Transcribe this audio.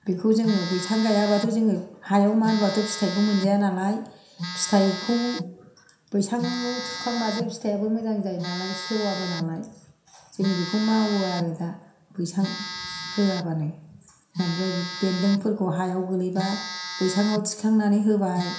बेखौ जोङो बैसां गायाबाथ' जोङो हायाव मानबाथ' फिथाइखौ मोनजाया नालाय फिथाइखौ बैसां थुखांबासो फिथाइयाबो मोजां जायो नालाय सेवाबो नालाय जोङो बेखौ मावो आरो दा बैसां होआबानो ओमफ्राय बेन्दोंफोरखौ हायाव गोलैबा बैसाङाव थिखांनानै होबााय